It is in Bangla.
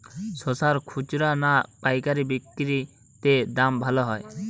শশার খুচরা না পায়কারী বিক্রি তে দাম ভালো হয়?